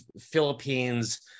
Philippines